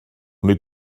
wnei